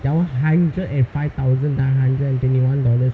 okay I want one hundred and five thousand nine hundred and twenty one dollars